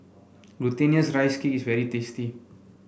Glutinous Rice Cake is very tasty